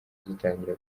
dutangira